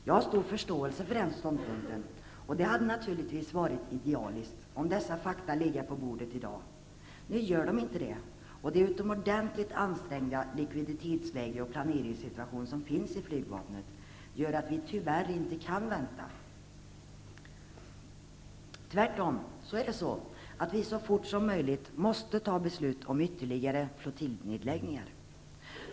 Jag har stor förståelse för den ståndpunkten, och det hade naturligtvis varit idealiskt om fakta legat på bordet i dag. Nu gör de inte det, och det utomordentligt ansträngda likviditetsläget och planeringssituationen i flygvapnet gör att vi tyvärr inte kan vänta. Tvärtom är det så att vi så fort som möjligt måste fatta beslut om ytterligare flottiljnedläggningar.